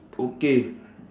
okay